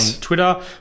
Twitter